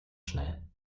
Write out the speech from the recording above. schnell